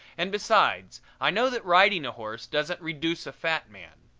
and, besides, i know that riding a horse doesn't reduce a fat man.